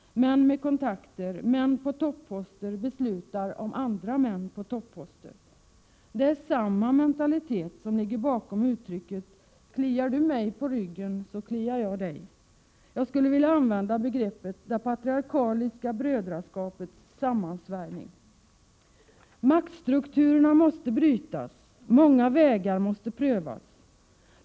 ”Män med kontakter, män på topposter beslutar om andra män på topposter— ——.” Det är samma mentalitet som ligger bakom uttrycket ”kliar du mig på ryggen, så kliar jag dig”. Jag skulle vilja använda uttrycket det patriarkaliska brödraskapets ”sammansvärjning”. Maktstrukturerna måste brytas, många vägar måste prövas!